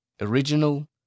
original